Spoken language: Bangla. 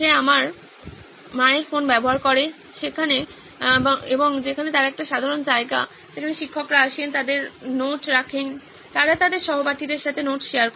সে আমার মায়ের ফোন ব্যবহার করে যেখানে তার একটি সাধারণ জায়গা যেখানে শিক্ষকরা আসেন তাদের নোট রাখেন তারা তাদের সহপাঠীদের সাথে নোট শেয়ার করে